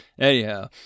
anyhow